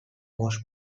most